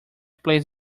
plays